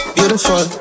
Beautiful